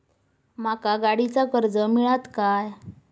माका गाडीचा कर्ज मिळात काय?